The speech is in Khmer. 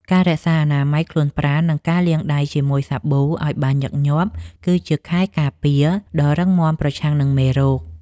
ការរក្សាអនាម័យខ្លួនប្រាណ និងការលាងដៃជាមួយសាប៊ូឱ្យបានញឹកញាប់គឺជាខែលការពារដ៏រឹងមាំប្រឆាំងនឹងមេរោគ។